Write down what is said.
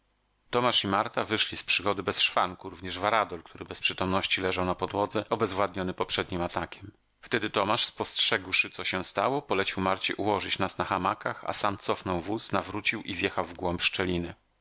tomasz i marta wyszli z przygody bez szwanku również varadol który bez przytomności leżał na podłodze obezwładniony poprzednim atakiem wtedy tomasz spostrzegłszy co się stało polecił marcie ułożyć nas na hamakach a sam cofnął wóz nawrócił i wjechał w głąb szczeliny